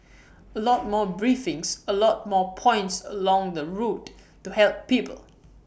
A lot more briefings A lot more points along the route to help people